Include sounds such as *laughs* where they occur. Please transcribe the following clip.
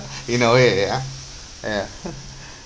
*breath* you know eh eh uh ya *laughs* *breath*